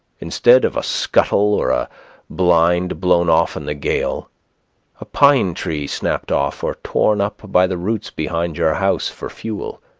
instead of a scuttle or a blind blown off in the gale a pine tree snapped off or torn up by the roots behind your house for fuel.